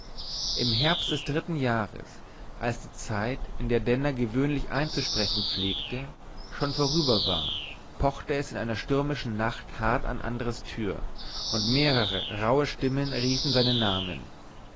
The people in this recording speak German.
im herbst des dritten jahres als die zeit in der denner gewöhnlich einzusprechen pflegte schon vorüber war pochte es in einer stürmischen nacht hart an andres tür und mehrere rauhe stimmen riefen seinen namen